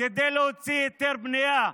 כדי להוציא היתר בנייה,